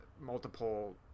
multiple